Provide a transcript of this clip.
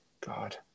God